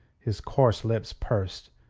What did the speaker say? his coarse lips pursed,